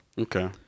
Okay